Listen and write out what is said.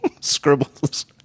scribbles